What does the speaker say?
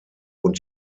und